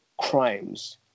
crimes